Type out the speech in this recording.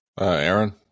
Aaron